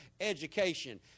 education